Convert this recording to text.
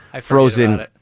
frozen